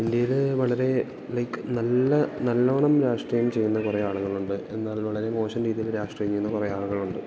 ഇന്ത്യയിൽ വളരെ ലൈക്ക് നല്ല നല്ലോണം രാഷ്ട്രീയം ചെയ്യുന്ന കുറെ ആളുകളുണ്ട് എന്നാൽ വളരെ മോശം രീതിയിൽ രാഷ്ട്രീയം ചെയ്യുന്ന കുറെ ആളുകളുണ്ട്